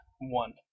one